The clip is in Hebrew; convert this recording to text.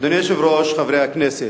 אדוני היושב-ראש, חברי הכנסת,